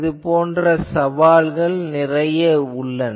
இது போன்ற சில சவால்கள் உள்ளன